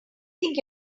think